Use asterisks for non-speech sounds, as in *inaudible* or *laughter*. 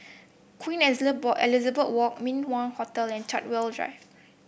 Queen *unintelligible* Elizabeth Walk Min Wah Hotel and Chartwell Drive